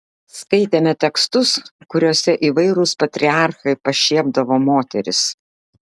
skaitėme tekstus kuriuose įvairūs patriarchai pašiepdavo moteris